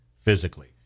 physically